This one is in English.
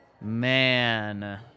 Man